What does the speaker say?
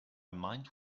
mind